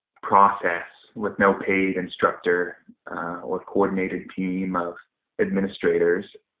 process with no paid instructor or coordinated team of administrators